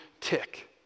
tick